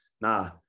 Nah